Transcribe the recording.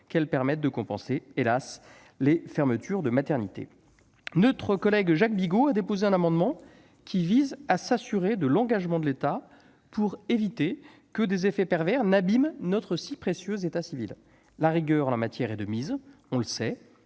qu'elle permette de compenser les fermetures de maternités. Notre collègue Jacques Bigot a déposé un amendement visant à s'assurer de l'engagement de l'État pour éviter que des effets pervers n'abîment notre si précieux état civil. La rigueur en la matière est de mise, on le sait.